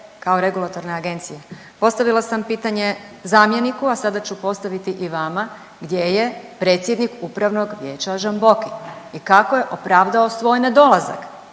kao regulatorne agencije. Postavila sam pitanje zamjeniku, a sada ću postaviti i vama gdje je predsjednik upravnog vijeća Žamboki i kako je opravdao svoj nedolazak?